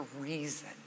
reason